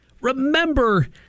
remember